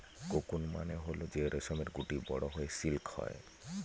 cocoon মানে হল যে রেশমের গুটি বড়ো হয়ে সিল্ক হয়